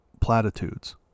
platitudes